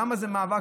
למה זה מאבק?